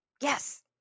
Yes